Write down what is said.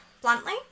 bluntly